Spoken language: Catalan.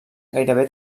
gairebé